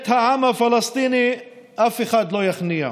את העם הפלסטיני אף אחד לא יכניע.